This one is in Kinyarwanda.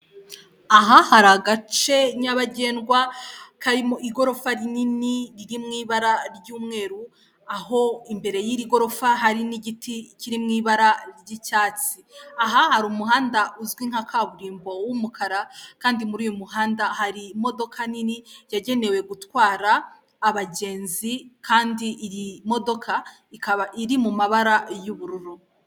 Aha hari agace nyabagendwa karimo igorofa rinini riri mu ibara ry'umweru aho imbere y'iri gorofa hari n'igiti kiri mu ibara ry'icyatsi aha hari umuhanda uzwi nka kaburimbo w'umukara kandi muri uyu muhanda hari imodoka nini yagenewe gutwara abagenzi kandi iyi modoka ikaba iri mu ibara ry'ubururu.